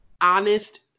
honest